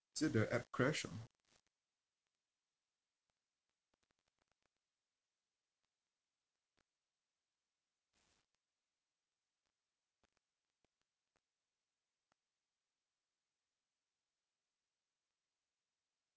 is it the app crash or